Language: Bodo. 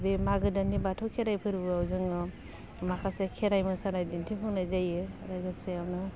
बे मागो दाननि बाथौ खेराइ फोरबोआव जोङो माखासे खेराइ मोसानाय दिन्थिफुंनाय जायो लोगोसेयावनो